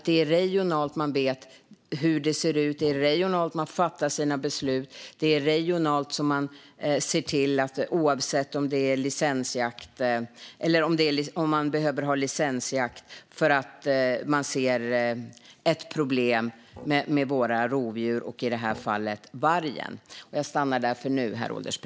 Det är regionalt man vet hur det ser ut. Det är regionalt man fattar sina beslut. Det är regionalt man avgör om man behöver ha licensjakt för att man ser ett problem med våra rovdjur, i det här fallet vargen.